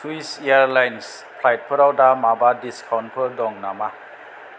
सुइस एयारलाइन्स फ्लाइटफोराव दा माबा डिसकाउन्टफोर दं नामा